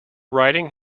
writing